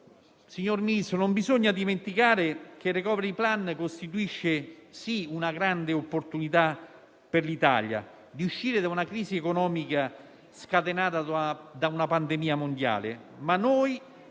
Signor Ministro, non bisogna dimenticare che il *recovery plan* costituisce - sì - una grande opportunità per l'Italia di uscire da una crisi economica scatenata da una pandemia mondiale, ma il